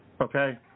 Okay